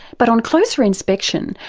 but on closer inspection,